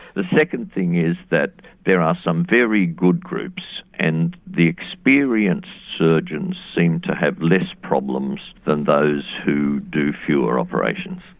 the second thing is that there are some very good groups and the experienced surgeons seem to have fewer problems than those who do fewer operations.